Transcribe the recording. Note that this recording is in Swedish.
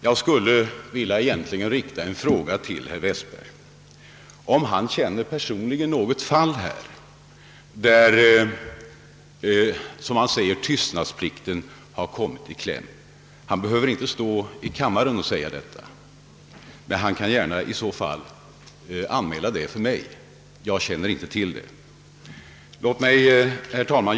Jag skulle vilja fråga herr Westberg om han personligen känner till något fall där tystnadsplikten kommit i kläm. Han behöver inte säga det här i kammaren utan kan gärna tala om det privat för mig, ty jag känner inte till något sådant fall.